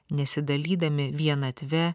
nesidalydami vienatve